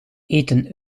eten